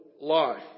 life